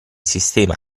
sistema